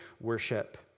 worship